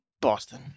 Boston